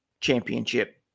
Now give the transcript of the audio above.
championship